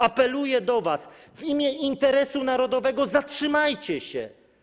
Apeluję do was w imię interesu narodowego: zatrzymajcie się.